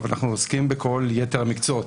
אבל אנחנו עוסקים בכל יתר המקצועות.